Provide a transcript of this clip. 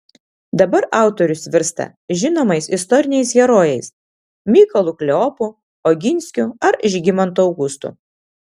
dabar autorius virsta žinomais istoriniais herojais mykolu kleopu oginskiu ar žygimantu augustu